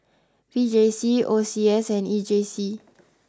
V J C O C S and E J C